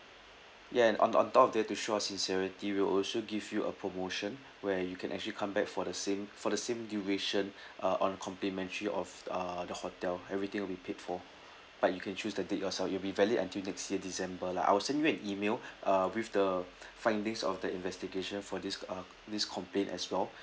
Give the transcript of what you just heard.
ya and on on top of that to show our sincerity we'll also give you a promotion where you can actually come back for the same for the same duration uh on complimentary of uh the hotel everything will be paid for but you can choose the date yourself it'll be valid until next year december lah I will send you an email uh with the findings of the investigation for this uh this complaint as well